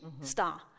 star